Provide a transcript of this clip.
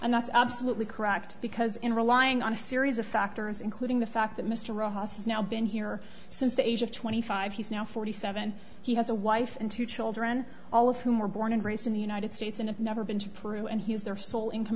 and that's absolutely correct because in relying on a series of factors including the fact that mr rojas has now been here since the age of twenty five he's now forty seven he has a wife and two children all of whom were born and raised in the united states and have never been to peru and he is their sole income